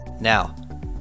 Now